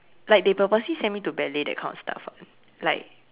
like they purposely send me to ballet that kind of stuff [what] like